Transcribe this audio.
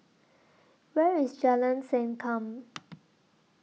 Where IS Jalan Sankam